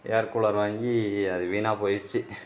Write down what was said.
ஏர் cooler வாங்கி அது வீணாக போயிடுச்சு